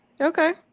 Okay